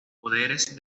poderes